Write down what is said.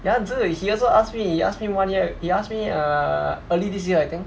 answer dude he also ask me he ask me one year he ask me err early this year I think